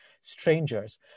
strangers